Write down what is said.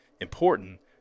important